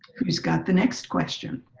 who's got the next question